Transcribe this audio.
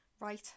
Right